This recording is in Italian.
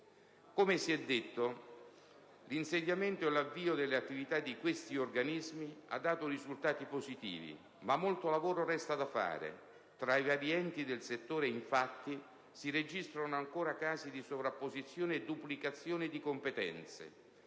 Come si è detto, l'insediamento e l'avvio delle attività di questi organismi ha dato risultati positivi, ma molto lavoro resta da fare. Fra i vari enti del settore, infatti, si registrano ancora casi di sovrapposizione e duplicazione di competenze,